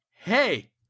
hey